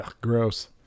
Gross